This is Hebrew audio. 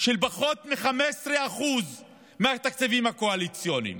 של פחות מ-15% מהתקציבים הקואליציוניים.